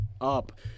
up